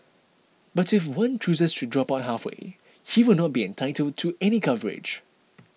but if one chooses to drop out halfway he will not be entitled to any coverage